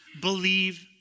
believe